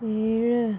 ഏഴ്